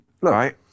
look